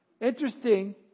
Interesting